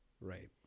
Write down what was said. Right